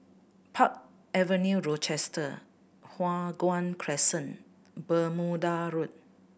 Park Avenue Rochester Hua Guan Crescent Bermuda Road